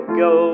go